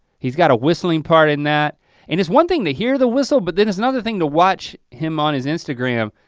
he's got a whistling part in that and it's one thing to hear the whistle but then it's another thing to watch watch him on his instagram